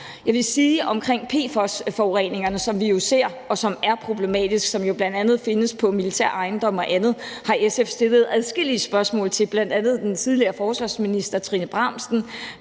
Jeg vil sige, at PFOS-forureningerne, som vi jo ser, og som er problematiske, og som bl.a. findes på militære ejendomme og andet, har SF stillet adskillige spørgsmål til, bl.a. til den tidligere forsvarsminister, Trine Bramsen.